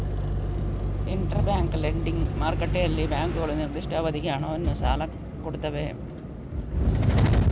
inter bank lending ಮಾರುಕಟ್ಟೆಯಲ್ಲಿ ಬ್ಯಾಂಕುಗಳು ನಿರ್ದಿಷ್ಟ ಅವಧಿಗೆ ಹಣವನ್ನ ಸಾಲ ಕೊಡ್ತವೆ